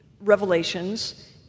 revelations